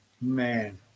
man